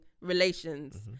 relations